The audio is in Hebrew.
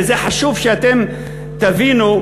וזה חשוב שאתם תבינו,